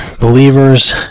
believers